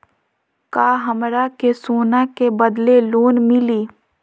का हमरा के सोना के बदले लोन मिलि?